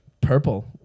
purple